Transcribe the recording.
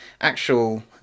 actual